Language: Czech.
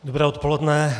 Dobré odpoledne.